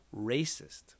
racist